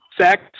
sex